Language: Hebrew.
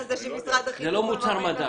זה לא מוצר מדף.